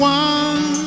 one